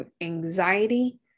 anxiety